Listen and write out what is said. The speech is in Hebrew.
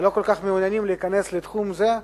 לא כל כך מעוניינים להיכנס לתחום הזה.